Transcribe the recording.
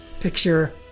picture